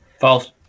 False